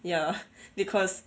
ya because